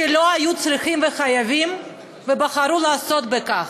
שלא היו צריכים וחייבים ובחרו לעסוק בכך.